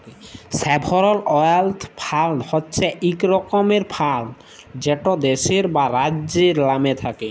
sovereign wealth fund হছে ইক রকমের ফাল্ড যেট দ্যাশের বা রাজ্যের লামে থ্যাকে